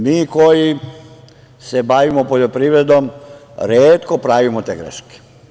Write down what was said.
Mi koji se bavimo poljoprivredom retko pravimo te greške.